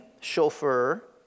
chauffeur